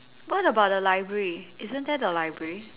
what about the library isn't there the library